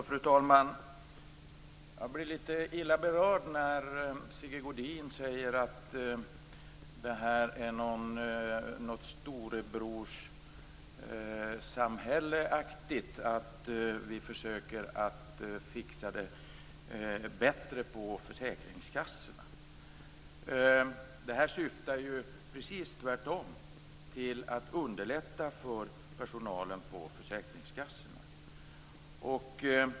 Fru talman! Jag blir litet illa berörd när Sigge Godin säger att det är storebrorssamhällsaktigt när vi försöker att få det bättre på försäkringskassorna. Det här syftar precis tvärtom till att underlätta för personalen på försäkringskassorna.